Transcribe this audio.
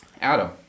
Adam